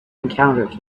encounters